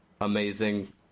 amazing